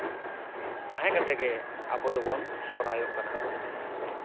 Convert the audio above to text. ᱛᱟᱦᱮᱸ ᱠᱟᱛᱮ ᱜᱮ ᱟᱵᱚ ᱫᱚᱵᱚᱱ ᱥᱚᱨᱦᱟᱭᱚᱜ ᱠᱟᱱᱟ